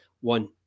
one